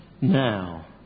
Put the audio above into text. now